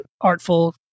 artful